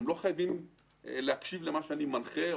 והם לא חייבים להקשיב למה שאני מנחה,